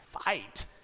fight